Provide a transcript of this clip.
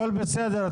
הכול בסדר,